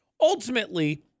Ultimately